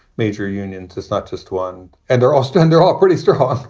major unions. it's not just one. and they're ostende. they're all pretty strong